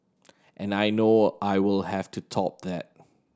and I know I will have to top that